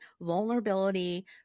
vulnerability